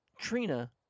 Trina